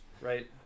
right